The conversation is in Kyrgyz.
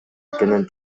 экенин